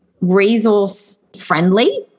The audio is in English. resource-friendly